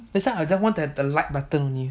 that's why I just want to have the like button only